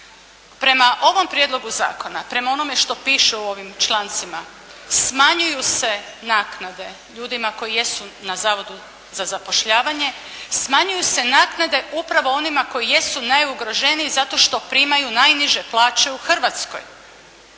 Prema ovom prijedlogu zakona, prema onome što piše u ovim člancima smanjuju se naknade ljudima koji jesu na Zavodu za zapošljavanje, smanjuju se naknade upravo onima koji jesu najugroženiji zato što primaju najniže plaće u Hrvatskoj.